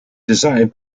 designed